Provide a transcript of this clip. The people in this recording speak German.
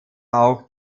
auch